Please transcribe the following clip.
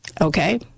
Okay